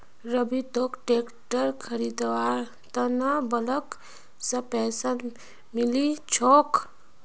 रवि तोक ट्रैक्टर खरीदवार त न ब्लॉक स पैसा मिलील छोक